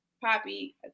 Poppy